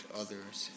others